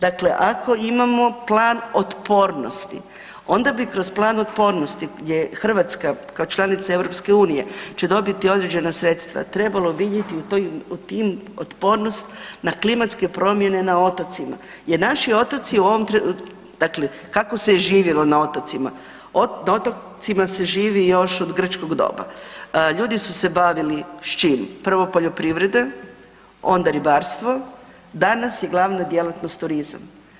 Dakle, ako imamo Plan otpornosti onda bi kroz Plan otpornosti gdje Hrvatska kao članica EU će dobiti određena sredstva, trebalo vidjeti u tim otpornost na klimatske promjene na otocima jer naši otoci u ovom dakle kako se je živjelo na otocima, na otocima se živi još od grčkog doba, ljudi su se bavili s čim, prvo poljoprivreda, onda ribarstvo, danas je glavna djelatnost turizam.